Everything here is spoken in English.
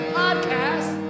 podcast